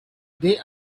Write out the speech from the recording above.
they